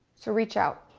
so reach out,